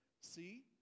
See